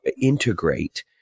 integrate